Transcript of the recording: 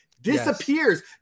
disappears